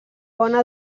bona